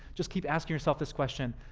just keep asking yourself this question